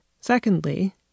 Secondly